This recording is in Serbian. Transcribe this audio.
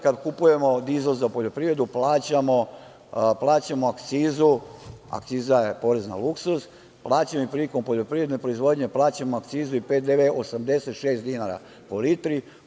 Kada kupujemo dizel za poljoprivredu plaćamo akcizu, akciza je porez na luksuz, plaćamo prilikom poljoprivredne proizvodnje akcizu i PDV 86 dinara u litri.